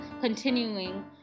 continuing